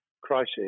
crisis